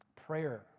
Prayer